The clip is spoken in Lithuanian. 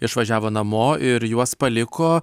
išvažiavo namo ir juos paliko